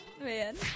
Man